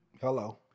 Hello